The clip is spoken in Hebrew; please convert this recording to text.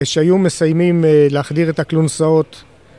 שהיו מסיימים להחדיר את הכלונסאות